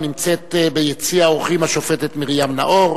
הנמצאת ביציע האורחים, השופטת מרים נאור,